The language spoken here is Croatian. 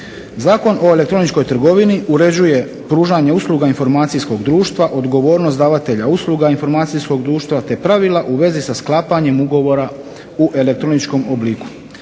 Zakon o elektroničkoj trgovini uređuje pružanje usluga informacijskog društva, odgovornost davatelja usluga informacijskog društva te pravila u vezi sa sklapanjem ugovora u elektroničkom obliku.